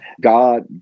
God